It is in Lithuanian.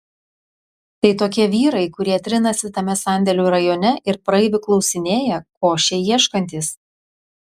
tai tokie vyrai kurie trinasi tame sandėlių rajone ir praeivių klausinėja ko šie ieškantys